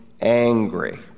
angry